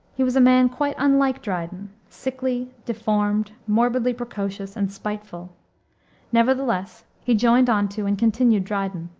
he was a man quite unlike dryden, sickly, deformed, morbidly precocious, and spiteful nevertheless he joined on to and continued dryden.